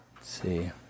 see